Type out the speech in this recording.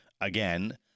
again